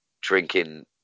drinking